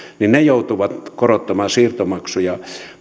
ne joutuivat korottamaan siirtomaksuja